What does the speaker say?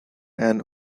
and